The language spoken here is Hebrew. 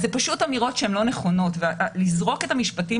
אז זה פשוט אמירות שהן לא נכונות ולזרוק את המשפטים